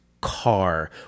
car